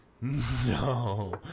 No